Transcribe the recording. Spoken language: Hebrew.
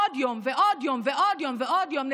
עוד יום ועוד יום ועוד יום ועוד יום.